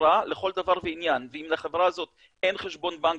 חברה לכל דבר ועניין ואם לחברה הזאת אין חשבון בנק,